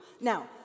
Now